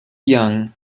young